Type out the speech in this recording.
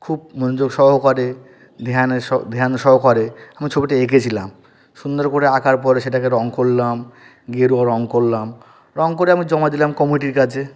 খুব মনোযোগ সহকারে ধ্যানের স ধ্যান সহকারে আমি ছবিটা এঁকেছিলাম সুন্দর করে আঁকার পরে সেটাকে রঙ করলাম গেরুয়া রঙ করলাম রঙ করে আমি জমা দিলাম কমিটির কাছে